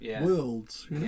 worlds